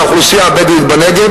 לאוכלוסייה הבדואית בנגב,